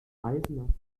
reisen